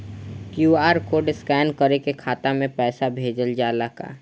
QR code scan करके खाता में पैसा भेजल जाला का?